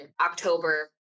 October